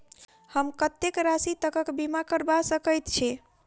हम कत्तेक राशि तकक बीमा करबा सकैत छी?